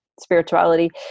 spirituality